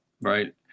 right